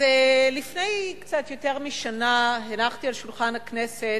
לפני קצת יותר משנה הנחתי על שולחן הכנסת